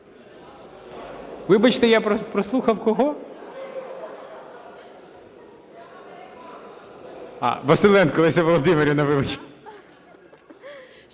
Вибачте, я прослухав. Кого? А! Василенко Леся Володимирівна.